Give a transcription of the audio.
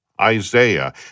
isaiah